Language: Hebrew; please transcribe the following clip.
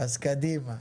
קדימה.